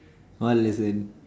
what lesson